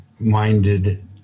Minded